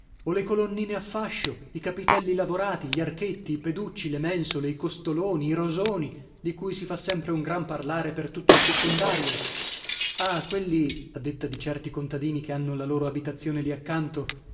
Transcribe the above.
o le colonnine a fascio i capitelli lavorati gli archetti i peducci le mensole i costoloni i rosoni di cui si fa sempre un gran parlare per tutto il circondario ah quelli a detta di certi contadini che hanno la loro abitazione lì accanto